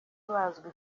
bazwi